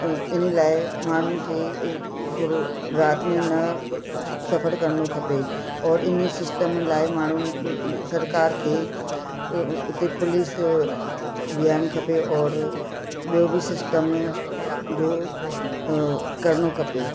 इन लाइ माण्हुनि खे थोरो राति में न सफ़र करणु खपे और इन्हीअ सिस्टम लाइ माण्हू सरकार खे उते पुलिस बीहारणु खपे और ॿियो बि सिस्टम जो करणु खपे